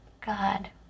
God